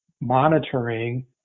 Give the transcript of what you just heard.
monitoring